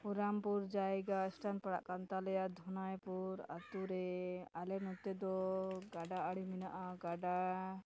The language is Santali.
ᱦᱩᱨᱟᱢᱯᱩᱨ ᱡᱟᱭᱜᱟ ᱥᱴᱟᱱ ᱯᱟᱲᱟᱜ ᱠᱟᱱ ᱛᱟᱞᱮᱭᱟ ᱫᱷᱩᱱᱟᱭᱯᱩᱨ ᱟᱛᱳᱨᱮ ᱟᱞᱮ ᱱᱚᱛᱮ ᱫᱚ ᱜᱟᱰᱟ ᱟᱲᱮ ᱢᱮᱱᱟᱜᱼᱟ ᱜᱟᱰᱟ